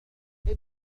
ابق